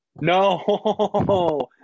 no